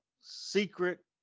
secret